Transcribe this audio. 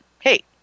hey